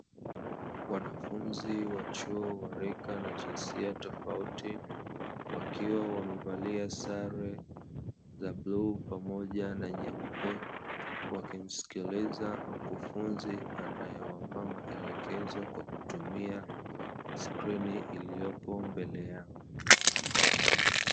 Wanafunzi wa chuo wa rika na jinsia tofauti wakiwa wamevalia sare za bluu pamoja na nyeupe, wakimsikiliza mkufunzi anayewapa maelekezo kwa kutumia skrini iliyopo mbele yao.